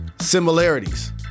similarities